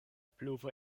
pluvo